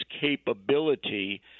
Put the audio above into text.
capability